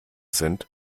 sind